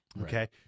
Okay